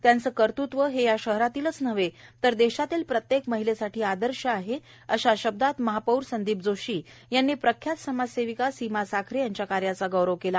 त्यांचे कर्तृत्व हे या शहरातीलच नव्हे तर देशातील प्रत्येक महिलेसाठी आदर्श आहे या शब्दात महापौर संदीप जोशी यांनी प्रख्यात समाजसेविका सीमाताई साखरे यांच्या कार्याचा गौरव केला